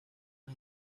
las